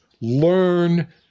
learn